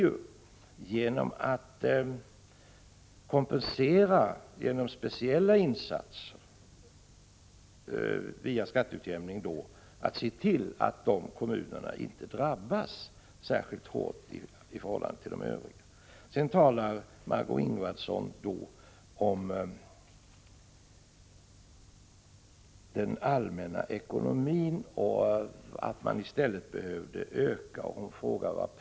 Avsikten är emellertid att genom speciella insatser via skatteutjämning se till att kommuner med dålig ekonomi inte drabbas särskilt hårt i förhållande till övriga kommuner. Sedan talar Margö Ingvardsson rent allmänt om ekonomin och att den behöver förbättras.